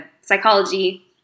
psychology